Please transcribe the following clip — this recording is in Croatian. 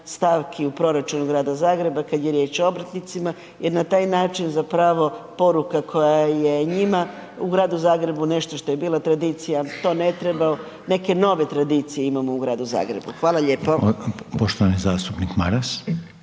stavki u proračunu Grada Zagreba, kad je riječ o obrtnicima jer na taj način zapravo poruka koja je njima u Gradu Zagrebu nešto što je bila tradicija to ne treba, neke nove tradicije imamo u Gradu Zagrebu. Hvala lijepo. **Reiner,